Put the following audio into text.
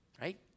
Right